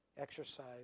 exercise